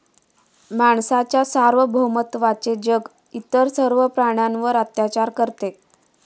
माणसाच्या सार्वभौमत्वाचे जग इतर सर्व प्राण्यांवर अत्याचार करते